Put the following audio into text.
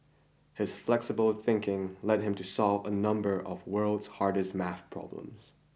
his flexible thinking led him to solve a number of world's hardest maths problems